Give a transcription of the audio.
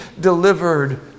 delivered